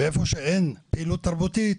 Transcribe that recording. ואיפה שאין פעילות תרבותית,